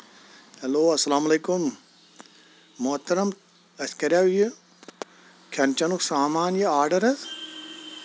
hello اسلام علیٚکُم محترم اَسہِ کَریاو یہِ کھٮ۪ن چیٚنُک سامان یہِ آڈر حظ